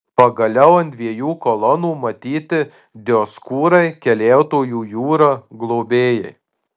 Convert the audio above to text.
pagaliau ant dviejų kolonų matyti dioskūrai keliautojų jūra globėjai